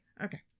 Okay